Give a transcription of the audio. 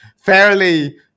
fairly